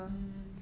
mm